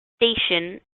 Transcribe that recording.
station